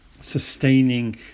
sustaining